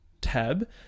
tab